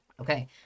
Okay